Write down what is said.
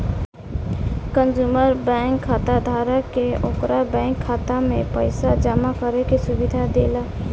consumer bank खाताधारक के ओकरा बैंक खाता में पइसा जामा करे के सुविधा देला